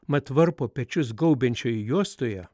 mat varpo pečius gaubiančioje juostoje